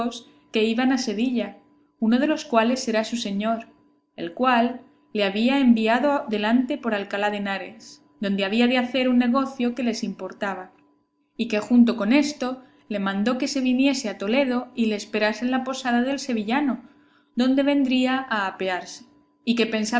que iban a sevilla uno de los cuales era su señor el cual le había enviado delante por alcalá de henares donde había de hacer un negocio que les importaba y que junto con esto le mandó que se viniese a toledo y le esperase en la posada del sevillano donde vendría a apearse y que pensaba